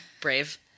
Brave